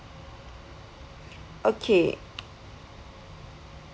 okay